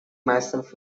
myself